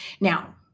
Now